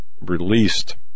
released